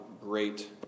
great